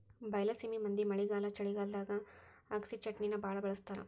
ಬೈಲಸೇಮಿ ಮಂದಿ ಮಳೆಗಾಲ ಚಳಿಗಾಲದಾಗ ಅಗಸಿಚಟ್ನಿನಾ ಬಾಳ ಬಳ್ಸತಾರ